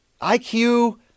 IQ